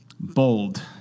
Bold